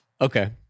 okay